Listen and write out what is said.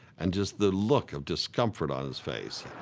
and just the look of discomfort on his face.